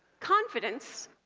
confidence